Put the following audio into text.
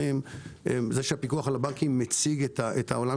זה שהפיקוח על הבנקים מציג את עולם